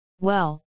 Well